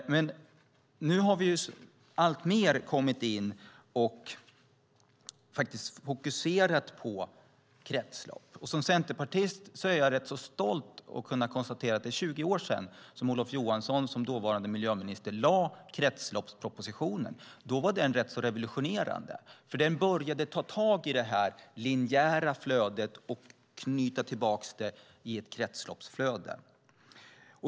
Nu har vi alltmer börjat fokusera på kretslopp. Och som centerpartist är jag rätt stolt över att kunna konstatera att det är 20 år sedan som Olof Johansson som dåvarande miljöminister lade fram kretsloppspropositionen. Då var den rätt revolutionerande, för den började ta tag i det linjära flödet och knyta tillbaks det i ett kretsloppsflöde.